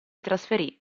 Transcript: trasferì